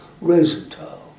Rosenthal